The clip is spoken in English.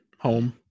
home